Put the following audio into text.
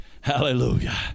Hallelujah